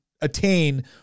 attain